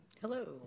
Hello